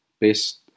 best